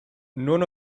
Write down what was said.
none